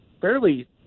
fairly